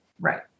Right